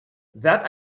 that